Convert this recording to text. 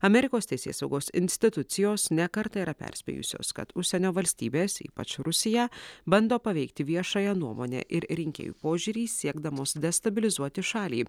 amerikos teisėsaugos institucijos ne kartą yra perspėjusios kad užsienio valstybės ypač rusija bando paveikti viešąją nuomonę ir rinkėjų požiūrį siekdamos destabilizuoti šalį